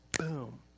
boom